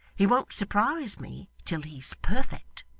he won't surprise me till he's perfect